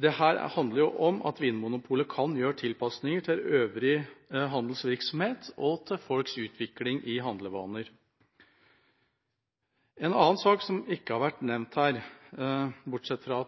handler om at Vinmonopolet kan gjøre tilpasninger til øvrig handelsvirksomhet og til utviklingen i folks handlevaner. En annen sak, som ikke har vært nevnt her, bortsett fra